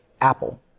Apple